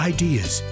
ideas